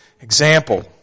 example